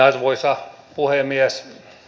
arvoisa puhemies